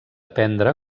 prendre